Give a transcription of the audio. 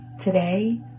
Today